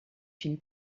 une